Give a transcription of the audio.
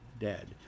dead